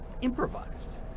improvised